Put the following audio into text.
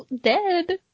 dead